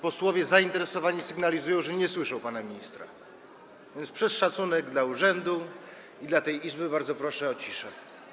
Posłowie zainteresowani sygnalizują, że nie słyszą pana ministra, więc przez szacunek dla urzędu i dla tej Izby bardzo proszę o ciszę.